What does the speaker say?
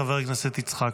הודעה ליושב-ראש ועדת הכנסת.